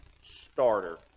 starter